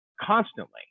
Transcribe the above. constantly